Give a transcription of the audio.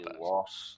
lost